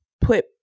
put